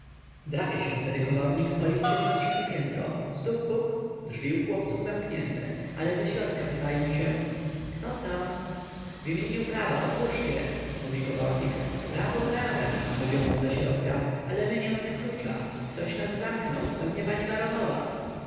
drapie się tedy komornik z policyą na trzecie piętro stuk puk drzwi u chłopców zamknięte ale ze środka pytają się kto tam w imieniu prawa otwórzcie mówi komornik prawo prawem mówią mu ze środka ale my nie mamy klucza ktoś nas zamknął pewnie pani baronowa